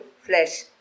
flesh